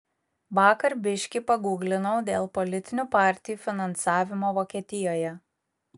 vakar biški pagūglinau dėl politinių partijų finansavimo vokietijoje